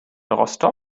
rostock